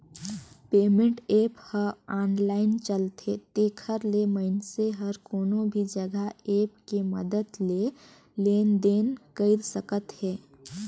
payment app ह online चलथे तेखर ले मइनसे हर कोनो भी जघा ऐप के मदद ले लेन देन कइर सकत हे